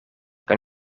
kan